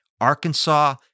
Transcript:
Arkansas